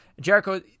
Jericho